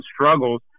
struggles